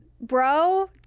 Bro